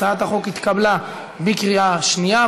הצעת החוק התקבלה בקריאה שנייה,